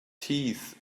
teeth